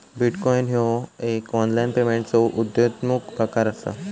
bitcoin ह्यो एक online पेमेंटचो उद्योन्मुख प्रकार असा